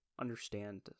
understand